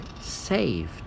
saved